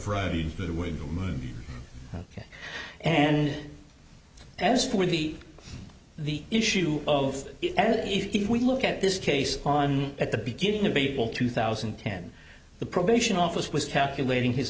way ok and as for the the issue of ed if we look at this case on at the beginning of april two thousand and ten the probation office was calculating his